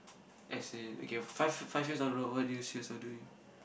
as in okay five five years down the road what do you see yourself doing